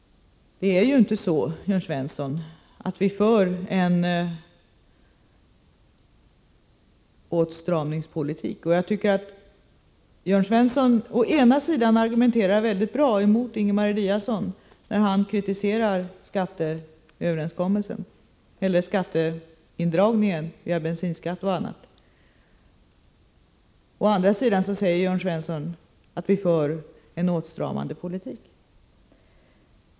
Det är inte sant, Jörn Svensson, att vi för en åtstramningspolitik. Å ena sidan argumenterar Jörn Svensson mycket bra mot Ingemar Eliasson när denne kritiserar överenskommelsen om skatteindragning via bensinskatt och annat, men å andra sidan säger Jörn Svensson att vi för en åtstramande politik.